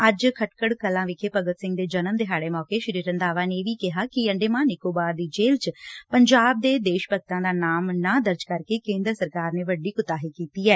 ਅੱਜ ਖੜਕੜ ਕਲਾਂ ਵਿਖੇ ਭਗਤ ਸਿੰਘ ਦੇ ਜਨਮ ਦਿਹਾੜੇ ਮੌਕੇ ਸ੍ਰੀ ਰੰਧਾਵਾ ਨੇ ਇਹ ਵੀ ਕਿਹਾ ਕਿ ਅੰਡੇਮਾਨ ਨਿਕੋਬਾਰ ਦੀ ਜੇਲ੍ਹ ਚ ਪੰਜਾਬ ਦੇ ਦੇਸ਼ ਭਗਤਾਂ ਦਾ ਨਾਮ ਨਾ ਦਰਜ ਕਰਕੇ ਕੇਂਦਰ ਸਰਕਾਰ ਨੇ ਵੱਡੀ ਕੁਤਾਹੀ ਕੀਤੀ ਐ